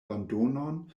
londonon